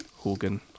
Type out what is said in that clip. Hogan